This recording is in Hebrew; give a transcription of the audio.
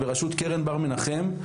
בראשות קרן בר מנחם,